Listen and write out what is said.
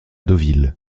deauville